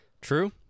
True